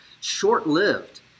short-lived